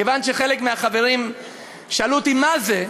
כיוון שחלק מהחברים שאלו אותי מה זה,